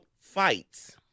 fights